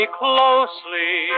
closely